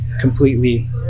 completely